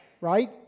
right